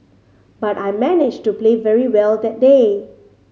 but I managed to play very well that day